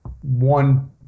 one